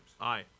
Aye